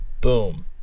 Boom